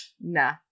nah